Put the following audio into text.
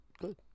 Good